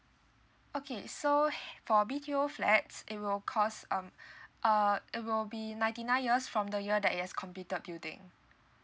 okay so h~ for B_T_O flats it will cost um uh it will be ninety nine years from the year that it has completed building